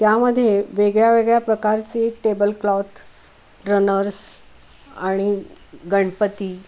त्यामध्ये वेगळ्या वेगळ्या प्रकारचे टेबलक्लॉथ रनर्स आणि गणपती